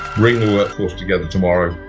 bring the workforce together tomorrow,